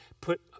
put